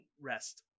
rest